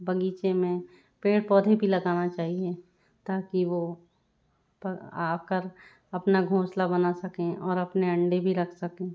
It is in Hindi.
बगीचे में पेड़ पौधे भी लगाना चाहिए ताकि वो पर आकर अपना घोंसला बना सकें और अपने अंडे भी रख सकें